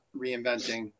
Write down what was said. reinventing